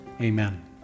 Amen